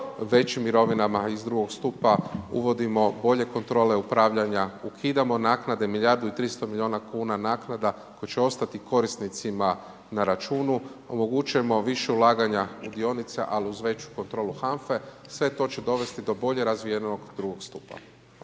većim mirovinama, iz II. stupa uvodimo bolje kontrole upravljanja, ukidamo naknade milijardu i 300 milijuna kuna naknada koje će ostati korisnicima na računu, omogućujemo više ulaganja u dionica ali uz veću kontrolu HANFA-e, sve to će dovesti do bolje razvijenog II. stupa.